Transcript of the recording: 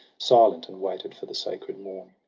silent, and waited for the sacred morn.